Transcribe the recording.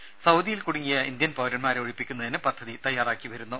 ത സൌദിയിൽ കുടുങ്ങിയ ഇന്ത്യൻ പൌരൻമാരെ ഒഴിപ്പിക്കുന്നതിന് പദ്ധതി തയാറാക്കി വരുന്നു